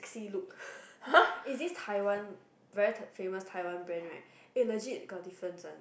see look is this taiwan very t~ famous taiwan brand right eh legit got difference one